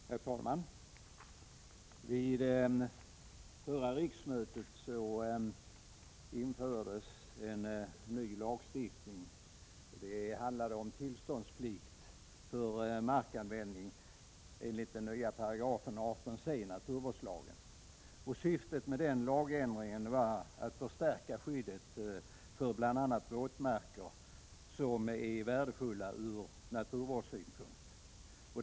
Herr talman! Vid förra riksmötet infördes en bestämmelse om tillståndsplikt för markanvändning enligt den nya 18 c §i naturvårdslagen. Syftet med den lagändringen var att förstärka skyddet för bl.a. våtmarker som är värdefulla ur naturvårdssynpunkt.